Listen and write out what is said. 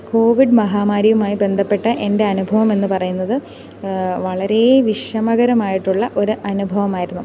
Covid മഹാമാരിയുമായി ബന്ധപ്പെട്ട് എൻ്റെ അനുഭവം എന്നു പറയുന്നത് വളരേ വിഷമകരമായിട്ടുള്ള ഒരു അനുഭവമായിരുന്നു